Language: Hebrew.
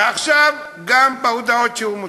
ועכשיו גם בהודעות שהוא מוציא.